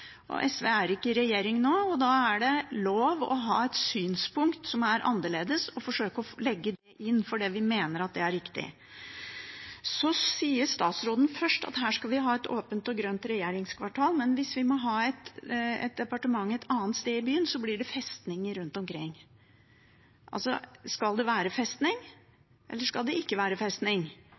da er det lov å ha et synspunkt som er annerledes, og å forsøke å legge det inn fordi vi mener det er riktig. Statsråden sier først at vi skal ha et åpent og grønt regjeringskvartal, men hvis vi må ha et departement et annet sted i byen, blir det festninger rundt omkring. Skal det være festning, eller skal det ikke være festning?